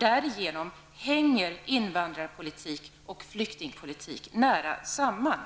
Därigenom hänger invandrarpolitik och flyktingpolitik nära samman.